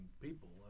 people